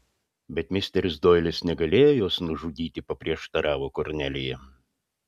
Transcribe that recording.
bet misteris doilis negalėjo jos nužudyti paprieštaravo kornelija